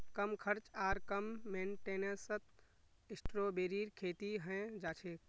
कम खर्च आर कम मेंटेनेंसत स्ट्रॉबेरीर खेती हैं जाछेक